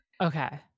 Okay